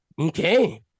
Okay